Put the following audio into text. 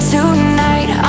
Tonight